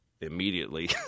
immediately